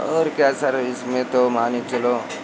और क्या सर इसमें तो मान कर चलो